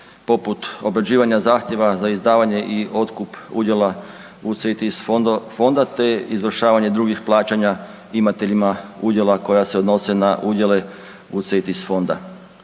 poput obrađivanja zahtjeva za izdavanje i otkup udjela UCITS fonda te izvršavanje drugih plaćanja imateljima udjela koja se odnose na udjele UCITS fonda.